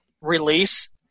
release